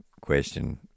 question